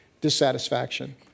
dissatisfaction